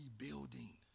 rebuilding